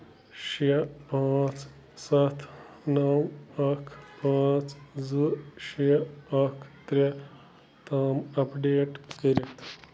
شےٚ پانٛژھ سَتھ نَو اَکھ پانٛژھ زٕ شےٚ اَکھ ترٛےٚ تام اَپڈیٹ کٔرِتھ